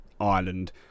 Ireland